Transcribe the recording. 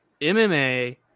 MMA